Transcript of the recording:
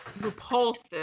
repulsive